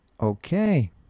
Okay